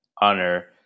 honor